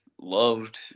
loved